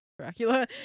Dracula